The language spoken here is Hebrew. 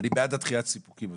אני בעד דחיית הסיפוקים הזאת,